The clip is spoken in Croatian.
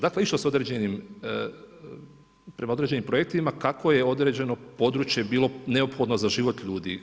Dakle, išlo se određenim, prema određenim projektima kako je određeno područje bilo neophodno za život ljudi.